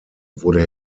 wurde